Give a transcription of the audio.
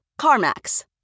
CarMax